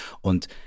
Und